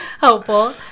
helpful